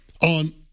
on